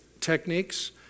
techniques